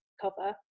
cover